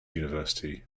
university